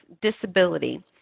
disability